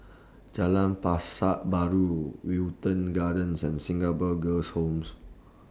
Jalan Pasar Baru Wilton Gardens and Singapore Girls' Home